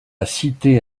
cité